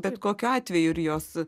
bet kokiu atveju ir jos